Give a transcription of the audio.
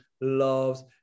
loves